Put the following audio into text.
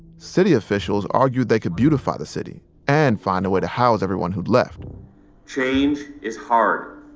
city officials argued they could beautify the city and find a way to house everyone who'd left change is hard.